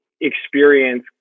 experience